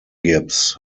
gibbs